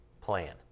plan